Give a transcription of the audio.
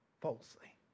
falsely